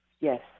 Yes